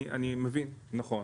אני מבין, נכון.